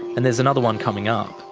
and there's another one coming up.